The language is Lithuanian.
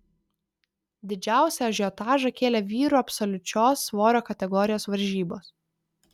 didžiausią ažiotažą kėlė vyrų absoliučios svorio kategorijos varžybos